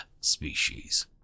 species